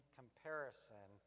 comparison